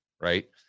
right